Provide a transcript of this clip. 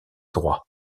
droit